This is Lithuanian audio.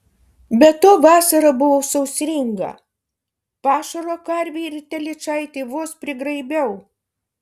be to vasara buvo sausringa pašaro karvei ir telyčaitei vos prigraibiau